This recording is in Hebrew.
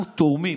אנחנו תורמים.